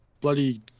bloody